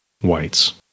Whites